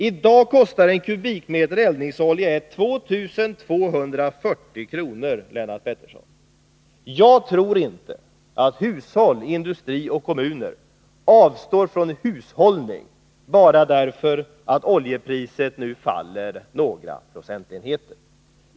I dag kostar 1 kubikmeter eldningsolja 2 240 kr., Lennart Pettersson. Jag tror inte att hushåll, industri och kommuner avstår från hushållning bara därför att oljepriset nu faller några procentenheter.